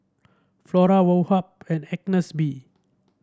Flora Woh Hup and Agnes B